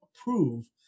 approve